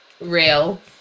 real